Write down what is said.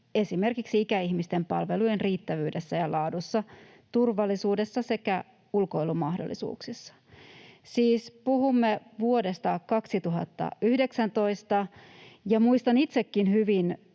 asuvien ikäihmisten palvelujen riittävyydessä ja laadussa, turvallisuudessa sekä ulkoilumahdollisuuksissa. Siis puhumme vuodesta 2019, ja muistan itsekin hyvin